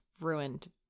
ruined